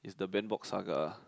is the ben box saga